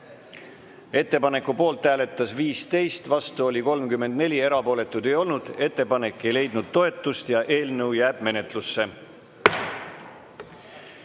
Ettepaneku poolt hääletas 15, vastu oli 34, erapooletuid ei olnud. Ettepanek ei leidnud toetust ja eelnõu jääb menetlusse.